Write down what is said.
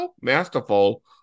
Masterful